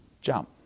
Jump